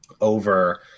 over